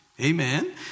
Amen